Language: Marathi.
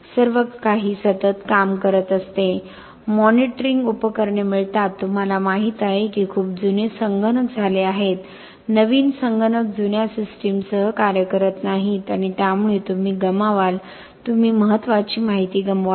सर्व काही सतत काम करत असते मॉनिटरिंग उपकरणे मिळतात तुम्हाला माहित आहे की खूप जुने संगणक झाले आहेत नवीन संगणक जुन्या सिस्टमसह कार्य करत नाहीत आणि त्यामुळे तुम्ही गमावाल तुम्ही महत्वाची माहिती गमावाल